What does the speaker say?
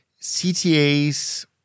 CTAs